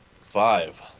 Five